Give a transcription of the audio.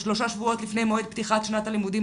כשלושה שבועות לפני מועד פתיחת שנת הלימודים,